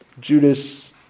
Judas